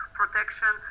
protection